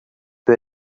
who